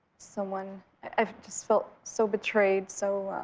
someone i just felt so betrayed, so